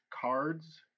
cards